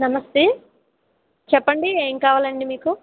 నమస్తే చెప్పండి ఎం కావాలండి మీకు